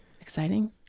exciting